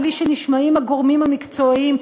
בלי שנשמעים הגורמים המקצועיים,